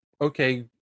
okay